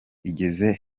igeze